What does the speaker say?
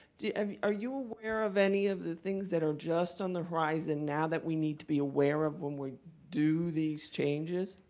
i mean are you aware of any of the things that are just on the horizon now that we need to be aware of when we do these changes?